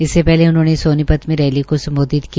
इससे पहले उन्होंने सोनीपत में रैली को संबोधित किया